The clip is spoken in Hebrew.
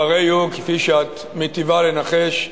והרי הוא, כפי שאת מיטיבה לנחש,